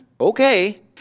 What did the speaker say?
Okay